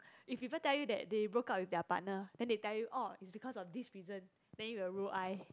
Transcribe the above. if people tell you that they broke up with their partner then they tell you that orh it's because of this reason then you will roll eye